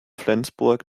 flensburg